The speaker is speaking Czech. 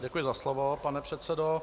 Děkuji za slovo, pane předsedo.